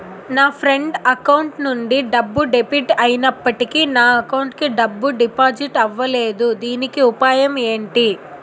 నా friend account నుండి డబ్బు డెబిట్ అయినప్పటికీ నా అకౌంట్ కి డబ్బు డిపాజిట్ అవ్వలేదుదీనికి ఉపాయం ఎంటి?